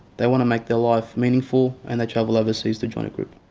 they want to make their life meaningful. and they travel overseas to join a group.